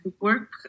work